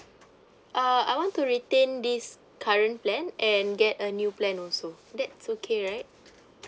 uh I want to retain this current plan and get a new plan also that's okay right